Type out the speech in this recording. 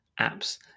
apps